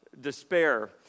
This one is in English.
despair